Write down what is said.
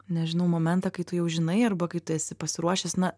nežinau momentą kai tu jau žinai arba kai tu esi pasiruošęs na